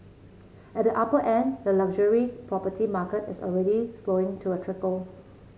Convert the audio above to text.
at the upper end the luxury property market is already slowing to a trickle